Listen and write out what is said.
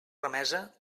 remesa